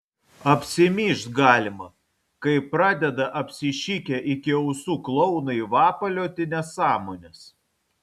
apsimyžt galima kai pradeda apsišikę iki ausų klounai vapalioti nesąmones